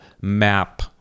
map